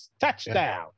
touchdown